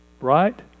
Right